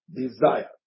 desire